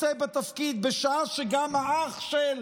רוצה בתפקיד בשעה שגם "האח של"